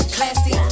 Classy